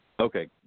Okay